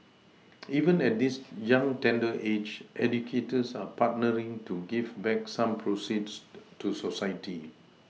even at this young tender age educators are partnering to give back some proceeds to society